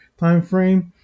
timeframe